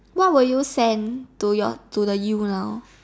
what will you send to your to the you now